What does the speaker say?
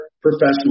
professional